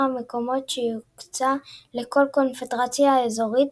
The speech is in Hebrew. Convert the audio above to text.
המקומות שיוקצה לכל קונפדרציה אזורית,